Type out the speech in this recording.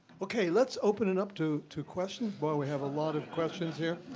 okay, let's open it up to to questions. wow, we have a lot of questions here.